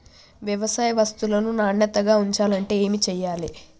వ్యవసాయ వస్తువులను నాణ్యతగా ఉంచాలంటే ఏమి చెయ్యాలే?